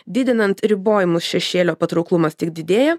didinant ribojimus šešėlio patrauklumas tik didėja